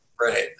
Right